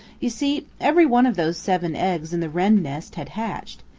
you see, everyone of those seven eggs in the wren nest had hatched,